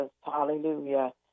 Hallelujah